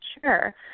Sure